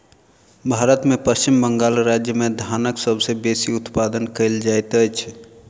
भारत में पश्चिम बंगाल राज्य में धानक सबसे बेसी उत्पादन कयल जाइत अछि